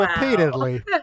Repeatedly